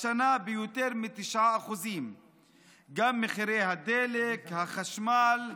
השנה ביותר מ-9%; גם מחירי הדלק, החשמל.